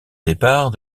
départ